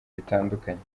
bitandukanye